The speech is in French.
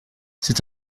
c’est